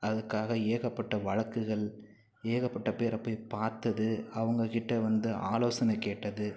அதுக்காக ஏகப்பட்ட வழக்குகள் ஏகப்பட்ட பேர போய் பார்த்தது அவங்கக்கிட்ட வந்து ஆலோசனை கேட்டது